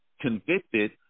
convicted